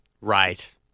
Right